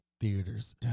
theaters